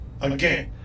Again